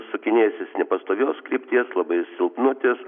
sukinėsis nepastovios krypties labai silpnutis